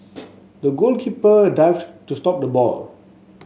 the goalkeeper dived to stop the ball